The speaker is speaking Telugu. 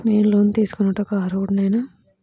నేను లోన్ తీసుకొనుటకు అర్హుడనేన?